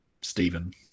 Stephen